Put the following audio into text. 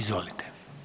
Izvolite.